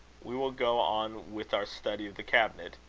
we will go on with our study of the cabinet.